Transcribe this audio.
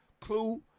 clue